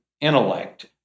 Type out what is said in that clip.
intellect